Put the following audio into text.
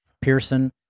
Pearson